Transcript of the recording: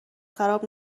خراب